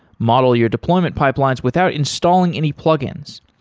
model your deployment pipelines without installing any plugins.